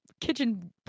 kitchen